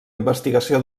investigació